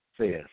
says